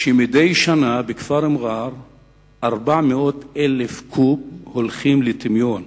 שמדי שנה בכפר מע'אר 400,000 קוב יורדים לטמיון.